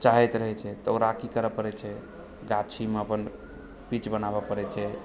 चाहैत रहै छै तऽ ओकरा की करऽ पड़ैत छै गाछीमे अपन पिच बनाबय पड़ैत छै